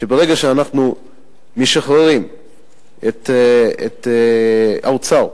שברגע שאנחנו משחררים את האוצר,